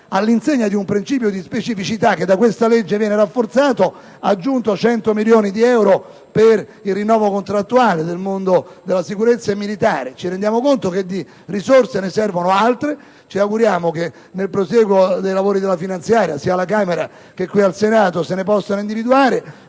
all'insegna di un principio di specificità che da questa legge viene rafforzato, abbiamo già aggiunto 100 milioni di euro per il rinnovo contrattuale del personale del mondo della sicurezza e militare. Ci rendiamo conto che di risorse ne servono altre e ci auguriamo che nel prosieguo dell'esame della legge finanziaria, sia alla Camera che al Senato, se ne possano individuare.